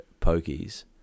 pokies